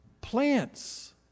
Plants